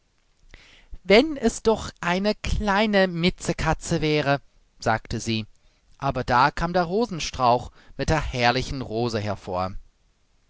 wenn es doch eine kleine mitzekatze wäre sagte sie aber da kam der rosenstrauch mit der herrlichen rose hervor